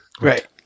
Right